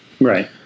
right